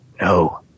No